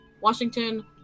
Washington